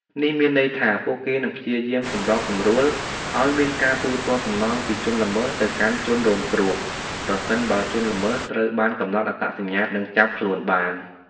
នេះមានន័យថា ពួកគេនឹងព្យាយាមសម្របសម្រួលឲ្យមានការទូទាត់សំណងពីជនល្មើសទៅកាន់ជនរងគ្រោះ ប្រសិនបើជនល្មើសត្រូវបានកំណត់អត្តសញ្ញាណ និងចាប់ខ្លួនបាន។